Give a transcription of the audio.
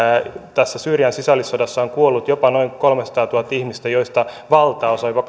syyrian sisällissodassa on kuollut jopa noin kolmesataatuhatta ihmistä joista valtaosa jopa